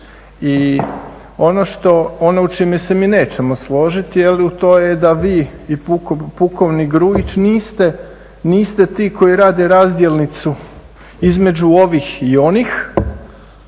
ono u čemu se mi nećemo složiti, ali to je da vi i pukovnik Grujić niste ti koji rade razdjelnicu između ovih i onih